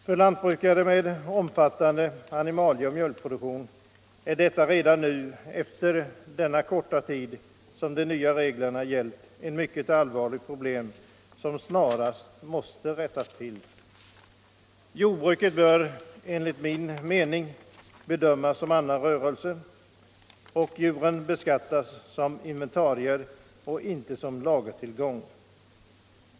För lantbrukare med omfattande animalie och mjölkproduktion är detta redan efter den korta tid som de nya reglerna gällt ett mycket allvarligt problem, som snarast måste lösas. Jordbruket bör enligt min mening bedömas som annan rörelse och stamdjuren beskattas som inventarier och inte som lagertillgång.